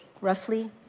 roughly